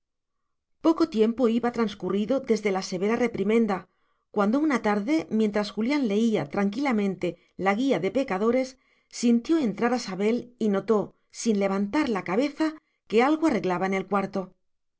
poco tiempo iba transcurrido desde la severa reprimenda cuando una tarde mientras julián leía tranquilamente la guía de pecadores sintió entrar a sabel y notó sin levantar la cabeza que algo arreglaba en el cuarto